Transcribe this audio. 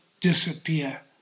disappear